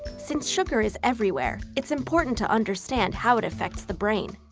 since sugar is everywhere, it's important to understand how it affects the brain.